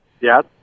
Yes